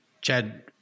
Chad